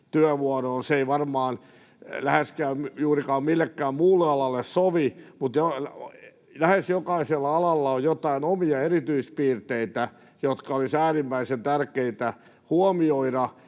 se ei varmaan juuri millekään muulle alalle sovi, mutta lähes jokaisella alalla on joitain omia erityispiirteitä, jotka olisi äärimmäisen tärkeitä huomioida,